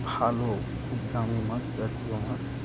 ভালো খুব দামি মাছ জাতীয় মাছ